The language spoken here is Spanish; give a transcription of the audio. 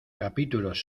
capítulos